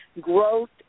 growth